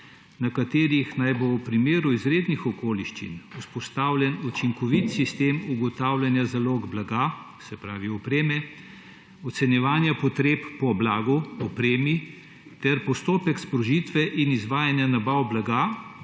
na katerih naj bo v primeru izrednih okoliščin vzpostavljen učinkovit sistem ugotavljanja zalog blaga, se pravi opreme, ocenjevanja potreb po blagu, opremi ter postopek sprožitve in izvajanja nabav blaga,